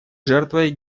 жертвой